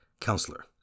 Counselor